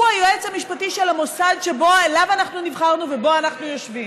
הוא היועץ המשפטי של המוסד שאליו אנחנו נבחרנו ובו אנחנו יושבים.